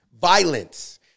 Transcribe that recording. violence